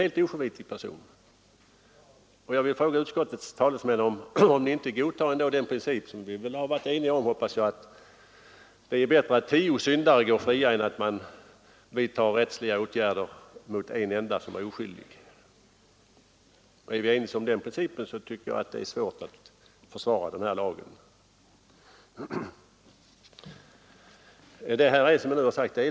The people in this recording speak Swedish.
Jag vill också fråga utskottets talesmän om de ändå inte godtar den princip som jag hoppas vi varit eniga om, att det är bättre att tio syndare går fria än att man vidtar rättsliga åtgärder mot en enda som är oskyldig. Och är vi ense om den principen tycker jag att det skulle vara svårt att försvara den här lagen.